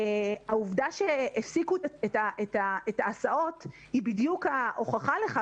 העובדה שהפסיקו את ההסעות היא בדיוק ההוכחה לכך